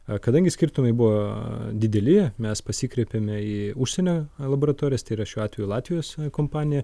kadangi skirtumai buvo dideli mes pasikreipėme į užsienio laboratorijas tai yra šiuo atveju latvijos kompanija